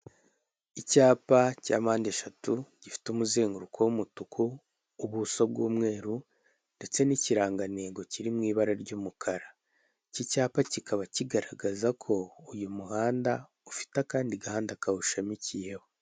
Icyapa cya mpande eshatu gifite umuzenguruko w'umutuku ubuso bw'umweru ndetse n'ikirangantego kiri mu ibara ry'umukara icyi cyapa kikaba kigaragaza ko uyu muhanda ufite akandi gahanda kawushamikiyeho.